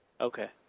Okay